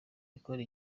ikora